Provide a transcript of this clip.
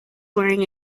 wearing